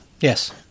Yes